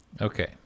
Okay